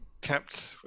kept